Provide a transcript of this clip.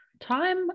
time